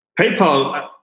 PayPal